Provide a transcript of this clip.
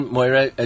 Moira